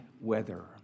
Weather